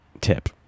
tip